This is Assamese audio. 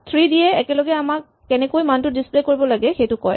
৩ডি য়ে একেলগে আমাক কেনেকৈ মানটো ডিচপ্লে কৰিব লাগে সেইটো কয়